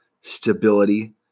stability